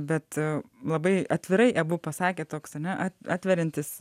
bet labai atvirai abu pasakėt tok ar ne atveriantis